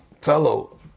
fellow